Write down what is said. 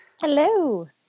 Hello